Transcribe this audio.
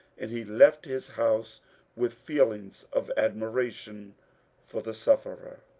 and he left his house with feelings of admira tion for the sufferer.